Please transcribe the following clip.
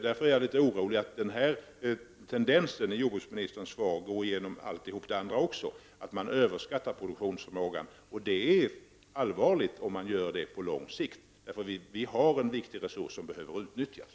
Därför är jag lite orolig över att tendensen i jordbruksministerns svar går igenom allt det andra också, att man överskattar produktionsförmågan. Det är allvarligt på lång sikt om man gör det. Vi har en viktig resurs som behöver utnyttjas.